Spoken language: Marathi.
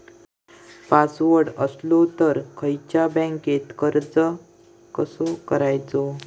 पासपोर्ट असलो तर खयच्या बँकेत अर्ज कसो करायचो?